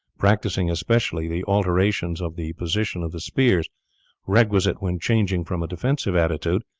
practicing especially the alterations of the position of the spears requisite when changing from a defensive attitude,